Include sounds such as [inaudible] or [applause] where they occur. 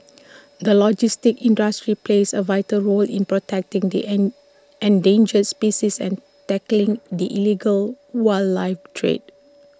the logistics industry plays A vital role in protecting the [unintelligible] endangered species and tackling the illegal wildlife trade